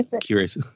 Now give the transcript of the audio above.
curious